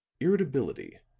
irritability,